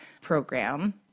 program